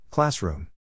Classroom